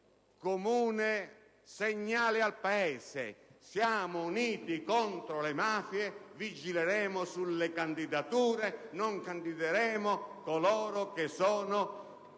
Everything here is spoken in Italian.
comune segnale al Paese: siamo uniti contro le mafie, vigileremo sulle candidature, non candideremo coloro che sono